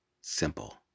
simple